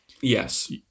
Yes